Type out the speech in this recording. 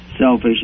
Selfish